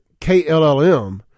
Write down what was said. KLLM